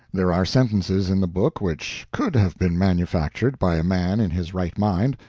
there are sentences in the book which could have been manufactured by a man in his right mind,